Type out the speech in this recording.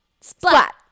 Splat